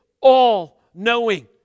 all-knowing